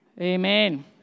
amen